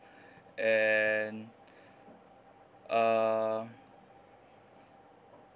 and uh